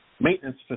maintenance